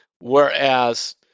Whereas